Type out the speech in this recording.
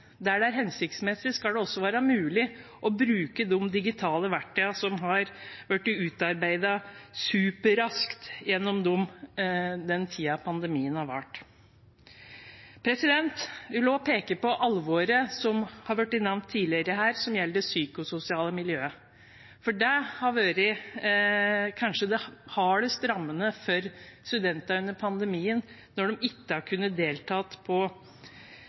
der det er hensiktsmessig, skal det være mulig å bruke de digitale verktøyene som er blitt utarbeidet superraskt gjennom den tiden pandemien har vart. Jeg vil også peke på alvoret som har vært nevnt tidligere her, som gjelder det psykososiale miljøet. Det kanskje hardest rammende for studenter under pandemien har vært når de ikke har kunnet delta på